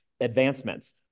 advancements